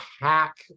hack